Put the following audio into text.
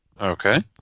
Okay